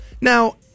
Now